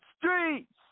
Streets